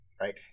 right